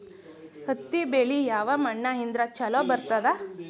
ಹತ್ತಿ ಬೆಳಿ ಯಾವ ಮಣ್ಣ ಇದ್ರ ಛಲೋ ಬರ್ತದ?